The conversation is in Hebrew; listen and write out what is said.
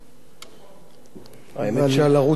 האמת שעל ערוץ-10 אני באמת יכול לדבר הרבה.